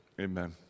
amen